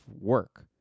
work